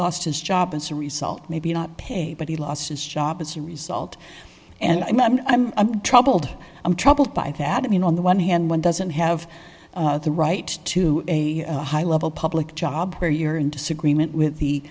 lost his job as a result maybe not pay but he lost his job as a result and i'm troubled i'm troubled by that i mean on the one hand one doesn't have the right to a high level public job where you're in disagreement with the